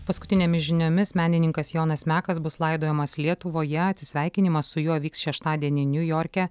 paskutinėmis žiniomis menininkas jonas mekas bus laidojamas lietuvoje atsisveikinimas su juo vyks šeštadienį niujorke